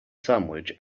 sandwich